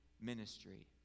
ministry